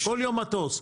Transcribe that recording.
כל יום מטוס.